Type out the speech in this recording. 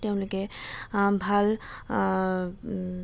তেওঁলোকে ভাল